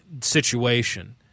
situation